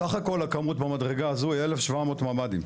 בסך הכל הכמות במדרגה הזו היא 1,700 ממ"דים.